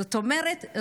זאת אומרת,